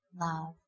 love